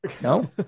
No